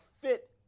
fit